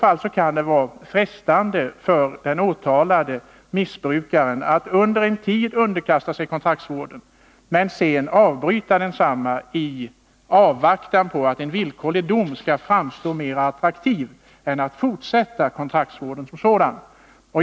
I annat fall kan det vara frestande för den åtalade missbrukaren att under en tid underkasta sig kontraktsvården men sedan avbryta densamma i avvaktan på att en villkorlig dom skall framstå mer attraktiv än en fortsättning av kontraktsvården som sådan.